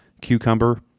cucumber